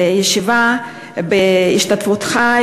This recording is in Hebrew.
וישיבה בהשתתפותך,